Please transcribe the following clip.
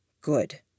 Good